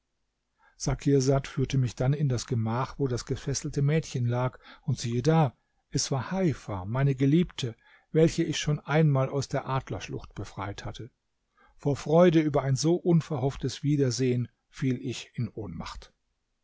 sakirsad führte mich dann in das gemach wo das gefesselte mädchen lag und siehe da es war heifa meine geliebte welche ich schon einmal aus der adlerschlucht befreit hatte vor freude über ein so unverhofftes wiedersehen fiel ich in ohnmacht